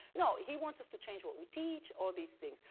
no, he wants us to change what we teach, all these things.